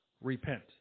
repent